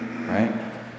right